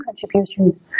contribution